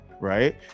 right